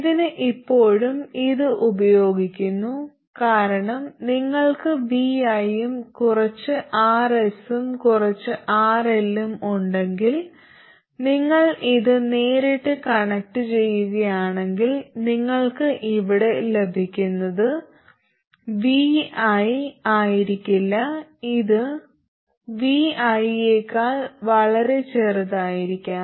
ഇതിന് ഇപ്പോഴും ഇത് ഉപയോഗിക്കുന്നു കാരണം നിങ്ങൾക്ക് Vi യും കുറച്ച് Rs ഉം കുറച്ച് RL ഉം ഉണ്ടെങ്കിൽ നിങ്ങൾ ഇത് നേരിട്ട് കണക്റ്റുചെയ്യുകയാണെങ്കിൽ നിങ്ങൾക്ക് ഇവിടെ ലഭിക്കുന്നത് Vi ആയിരിക്കില്ല ഇത് Vi യേക്കാൾ വളരെ ചെറുതായിരിക്കാം